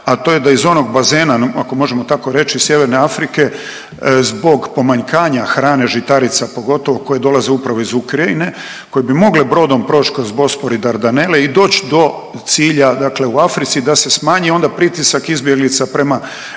a to je da iz onog bazena ako možemo tako reći Sjeverne Afrike zbog pomanjkanja hrane žitarica pogotovo koje dolaze upravo iz Ukrajine, koje bi mogle brodom proći kroz Bospor i Dardanele i doći do cilja dakle u Africi da se smanji onda pritisak izbjeglica prema